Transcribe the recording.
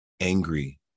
angry